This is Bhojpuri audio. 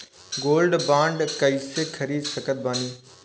गोल्ड बॉन्ड कईसे खरीद सकत बानी?